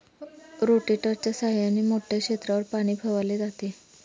रोटेटरच्या सहाय्याने मोठ्या क्षेत्रावर पाणी फवारले जाते